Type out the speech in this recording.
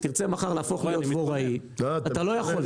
אם תרצה מחר להפוך להיות דבוראי אתה לא יכול,